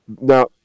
Now